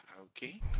Okay